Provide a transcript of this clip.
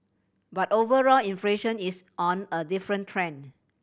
but overall inflation is on a different trend